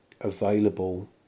available